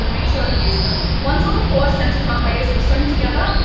and make sure to use them. once all the four centre front layers were sewn together,